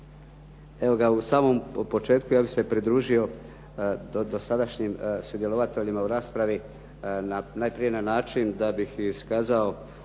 Evo ga, u samom početku ja bih se pridružio dosadašnjim sudionicima u raspravi najprije na način da bih iskazao